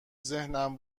ذهنم